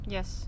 Yes